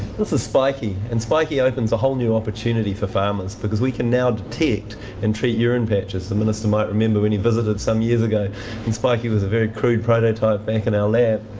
this is spikey, and spikey opens a whole new opportunity for farmers because we can now detect and treat urine patches. the minister might remember when he visited some years ago and spikey was a very crude prototype back in our lab.